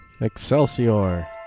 excelsior